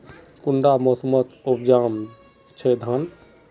कुंडा मोसमोत उपजाम छै धान?